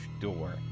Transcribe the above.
door